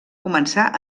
començar